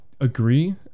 agree